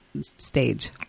stage